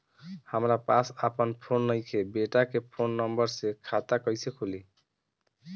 हमरा पास आपन फोन नईखे बेटा के फोन नंबर से खाता कइसे खुली?